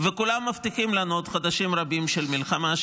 וכולם מבטיחים לנו עוד חודשים רבים של מלחמה,